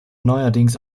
neuerdings